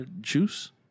juice